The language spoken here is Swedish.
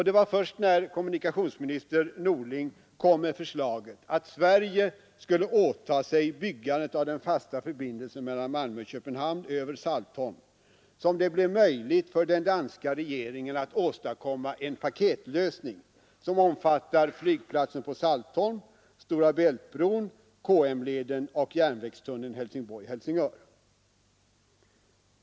Det var först när kommunikationsminister Norling kom med förslaget att Sverige skulle åta sig byggandet av den fasta förbindelsen mellan Malmö och Köpenhamn över Saltholm som det blev möjligt för den danska regeringen att åstadkomma en paketlösning, som omfattar flygplatsen på Saltholm, Stora Bält-bron, KM-leden och järnvägstunneln Helsingborg—Helsingör.